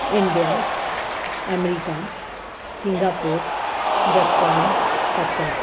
India America Singapore Japan Qatar